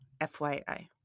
FYI